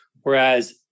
Whereas